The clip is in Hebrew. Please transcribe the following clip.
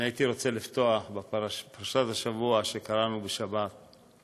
אני הייתי רוצה לפתוח בפרשת השבוע שקראנו בשבת.